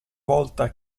volta